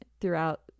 throughout